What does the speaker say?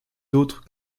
d’autres